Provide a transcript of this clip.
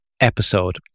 episode